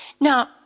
Now